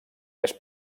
més